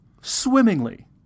swimmingly